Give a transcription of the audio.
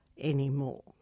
anymore